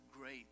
great